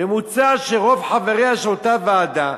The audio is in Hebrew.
ומוצע שרוב חבריה של אותה ועדה